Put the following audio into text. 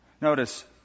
Notice